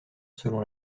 selon